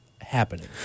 happening